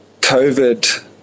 COVID